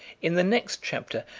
in the next chapter,